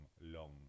long